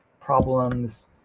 problems